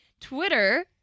Twitter